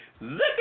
Look